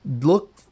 look